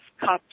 cups